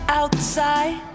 outside